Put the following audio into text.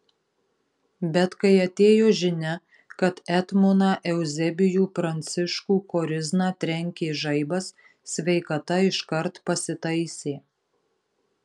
bet kai atėjo žinia kad etmoną euzebijų pranciškų korizną trenkė žaibas sveikata iškart pasitaisė